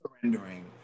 surrendering